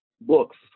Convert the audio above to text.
books